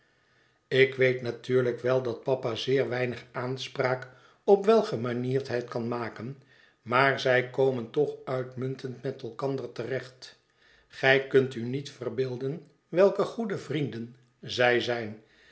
ik weet natuurlijk wel dat pa zeer weinig aanspraak op welgemanierdheid kan maken maar zij komen toch uitmuntend met elkander te recht gij kunt u niet verbeelden welke goede vrienden zij zijn